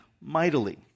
mightily